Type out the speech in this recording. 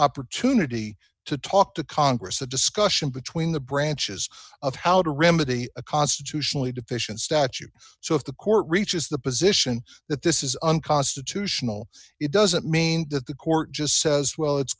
opportunity to talk to congress a discussion between the branches of how to remedy a constitutionally deficient statute so if the court reaches the position that this is unconstitutional it doesn't mean that the court just says well it's